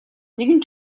нэгэн